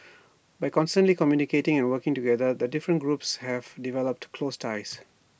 by constantly communicating and working together the different groups have developed close ties